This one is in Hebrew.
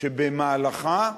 שבמהלכה תיבחן,